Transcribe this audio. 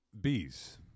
bees